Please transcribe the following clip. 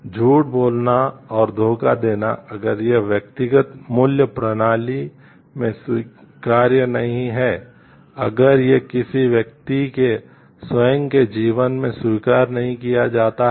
झूठ बोलना और धोखा देना अगर यह व्यक्तिगत मूल्य प्रणाली में स्वीकार्य नहीं है अगर यह किसी व्यक्ति के स्वयं के जीवन में स्वीकार नहीं किया जाता है